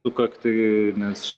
sukaktį nes